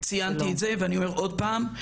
ציינתי את זה ואני אומר עוד פעם,